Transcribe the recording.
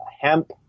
hemp